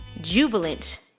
jubilant